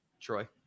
Troy